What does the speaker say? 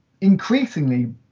increasingly